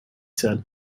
said